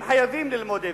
הם חייבים ללמוד עברית,